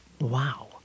Wow